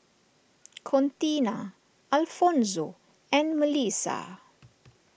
Contina Alfonzo and Mellissa